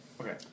Okay